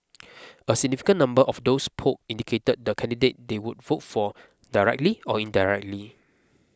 a significant number of those polled indicated the candidate they would vote for directly or indirectly